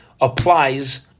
applies